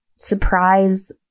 surprise